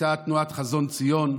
הייתה תנועת "חזון ציון"